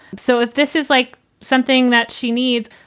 so if this is like something that she needs,